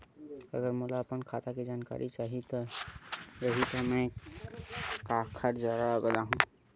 अगर मोला अपन खाता के जानकारी चाही रहि त मैं काखर करा जाहु?